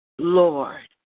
Lord